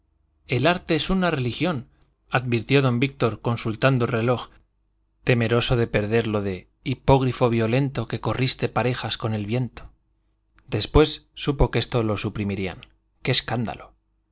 el arte es una religión advirtió don víctor consultando el reloj temeroso de perder lo de hipógrifo violento que corriste parejas con el viento después supo que esto lo suprimían qué escándalo